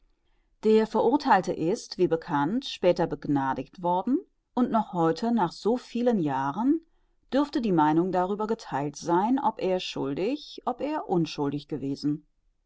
der verurtheilte ist wie bekannt später begnadiget worden und noch heute nach so vielen jahren dürfte die meinung darüber getheilt sein ob er schuldig ob er unschuldig gewesen